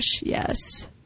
yes